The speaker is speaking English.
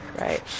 Right